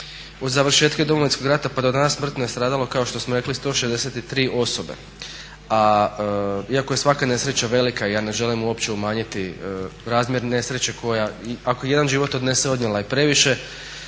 od završetka domovinskog rata pa do danas smrtno je stradalo kao što smo rekli 163 osobe. Iako je svaka nesreća velika, ja ne želim uopće umanjiti razmjer nesreće koja i ako jedan život odnese odnijela je previše.